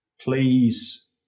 please